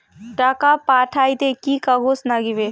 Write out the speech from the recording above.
টাকা পাঠাইতে কি কাগজ নাগীবে?